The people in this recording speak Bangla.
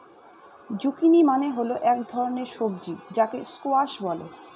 জুকিনি মানে হল এক ধরনের সবজি যাকে স্কোয়াশ বলে